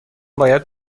باید